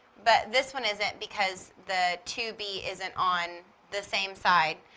but this one isn't because the two b isn't on the same side.